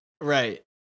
Right